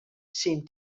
syn